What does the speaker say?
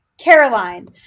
Caroline